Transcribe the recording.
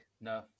No